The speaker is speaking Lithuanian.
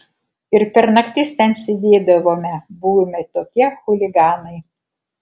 ir per naktis ten sėdėdavome buvome tokie chuliganai